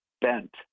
bent